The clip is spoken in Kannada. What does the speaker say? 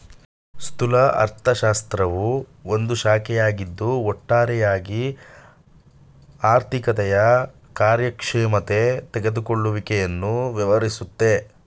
ಸ್ಥೂಲ ಅರ್ಥಶಾಸ್ತ್ರವು ಒಂದು ಶಾಖೆಯಾಗಿದ್ದು ಒಟ್ಟಾರೆಯಾಗಿ ಆರ್ಥಿಕತೆಯ ಕಾರ್ಯಕ್ಷಮತೆ ತೆಗೆದುಕೊಳ್ಳುವಿಕೆಯನ್ನು ವ್ಯವಹರಿಸುತ್ತೆ